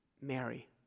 Mary